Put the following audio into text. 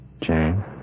Jane